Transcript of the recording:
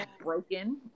broken